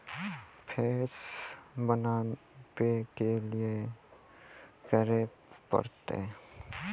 फेर सॅ बनबै के लेल की करे परतै?